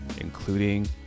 including